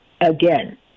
again